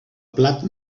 plat